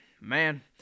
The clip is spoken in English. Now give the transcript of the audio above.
Man